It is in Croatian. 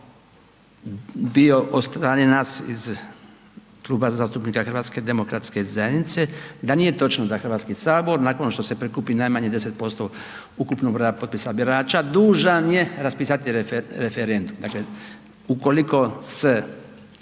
bio od strane nas iz Kluba zastupnika HDZ-a da nije točno da Hrvatski sabor nakon što se prikupi najmanje 10% ukupnog broja birača dužan je raspisati referendum. Dakle, ukoliko se